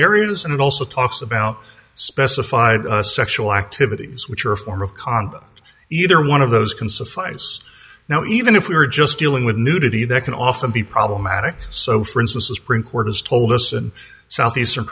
areas and it also talks about specified sexual activities which are a form of conduct either one of those can surprise now even if we are just dealing with nudity that can often be problematic so for instance a sprint court has told us and southeastern